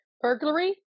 Burglary